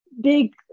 big